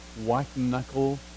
white-knuckle